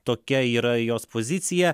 tokia yra jos pozicija